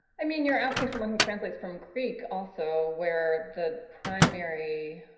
i mean, you're asking someone who translates from greek also where the primary,